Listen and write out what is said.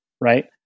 right